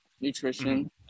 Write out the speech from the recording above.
Nutrition